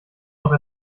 noch